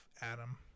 Adam